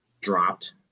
dropped